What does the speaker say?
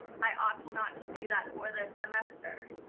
i opt not to do that for this semester.